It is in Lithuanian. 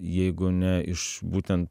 jeigu ne iš būten